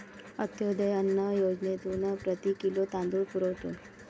अंत्योदय अन्न योजनेतून प्रति किलो तांदूळ पुरवतो